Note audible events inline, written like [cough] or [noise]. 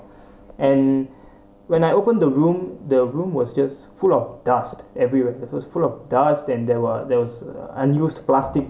[breath] and when I open the room the room was just full of dust everywhere the room full of dust then there were there was uh unused plastic